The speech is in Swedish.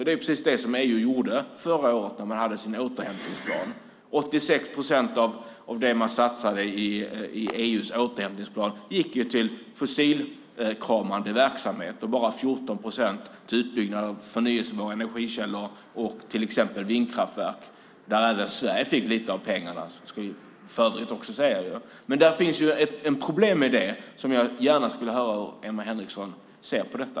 Det är vad EU gjorde förra året med en återhämtningsplan. 86 procent av det man satsade i EU:s återhämtningsplan gick till fossilkramande verksamhet och bara 14 procent till utbyggnad av förnybara energikällor och vindkraftverk - där även Sverige fick lite av pengarna. Det finns ett problem med detta, och jag vill gärna höra hur Emma Henriksson ser på detta.